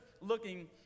looking